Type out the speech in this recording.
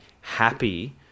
happy